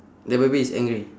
the baby is angry